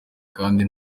kandi